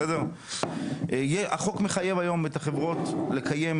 בסדר החוק מחייב היום את החברות לקיים